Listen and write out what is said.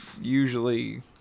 usually